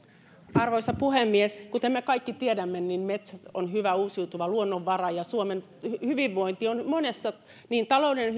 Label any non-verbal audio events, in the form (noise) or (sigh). arvoisa puhemies kuten me kaikki tiedämme metsät on hyvä uusiutuva luonnonvara ja suomen hyvinvointi niin taloudellinen (unintelligible)